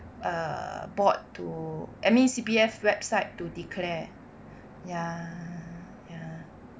uh board to I mean C_P_F website to declare ya ya